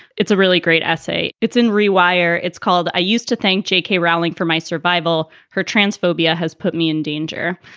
it's a really great essay. it's in rewire. it's called, i used to think j k. rowling for my survival, her transphobia has put me in danger.